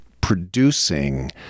producing